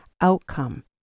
outcome